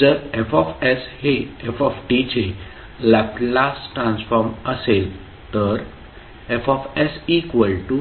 जर F हे f चे लॅपलास ट्रान्सफॉर्म असेल तर Fs0fe